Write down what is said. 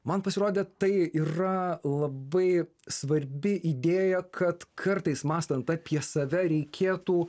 man pasirodė tai yra labai svarbi idėja kad kartais mąstant apie save reikėtų